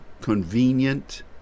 convenient